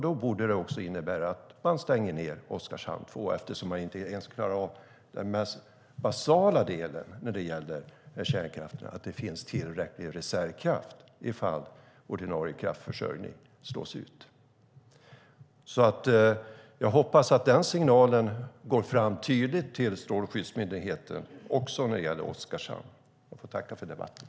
Det borde innebära att man stänger ned Oskarshamn 2 eftersom de inte ens klarar av den mest basala delen i fråga om tillräcklig reservkraft om ordinarie kraftförsörjning slås ut. Jag hoppas att den signalen går fram tydligt till Strålsäkerhetsmyndigheten också i fråga om Oskarshamn.